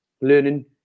learning